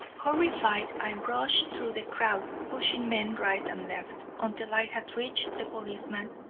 horrified, i rushed through the crowd, pushing men right and left, until i had reached the policeman,